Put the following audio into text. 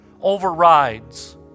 overrides